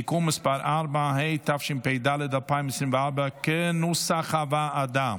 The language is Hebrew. (תיקון מס' 4), התשפ"ד 2024, כנוסח הוועדה.